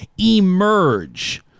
emerge